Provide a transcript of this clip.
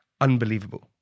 unbelievable